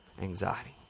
anxiety